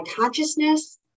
consciousness